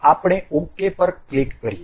આપણે ok પર click કરીએ